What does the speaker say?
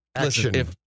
Listen